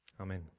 Amen